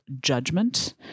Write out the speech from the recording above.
judgment